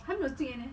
还没有进 N_S